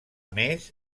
més